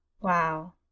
Wow